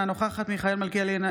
אינה נוכחת מיכאל מלכיאלי,